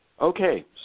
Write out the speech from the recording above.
Okay